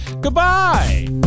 Goodbye